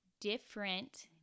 different